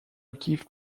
gift